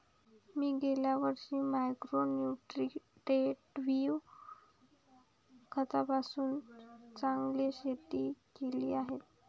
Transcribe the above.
मी गेल्या वर्षी मायक्रो न्युट्रिट्रेटिव्ह खतातून चांगले शेती केली आहे